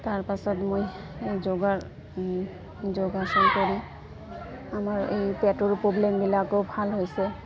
তাৰ পাছত মই যোগাৰ যোগসন কৰি আমাৰ এই পেটৰো প্ৰব্লেমবিলাকো ভাল হৈছে